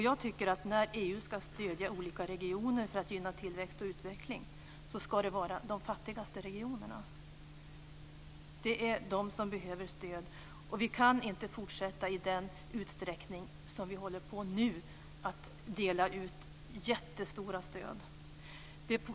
Jag tycker att när EU ska stödja olika regioner för att gynna tillväxt och utveckling ska de fattigaste regionerna komma i fråga. Det är de som behöver stöd. Vi kan inte fortsätta att i den utsträckning som nu sker dela ut jättestora stöd.